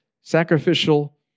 Sacrificial